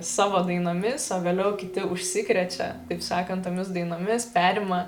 savo dainomis o vėliau kiti užsikrečia taip sakant tomis dainomis perima